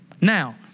Now